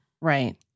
Right